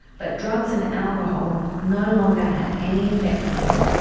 but drugs and alcohol no longer had any effect on him.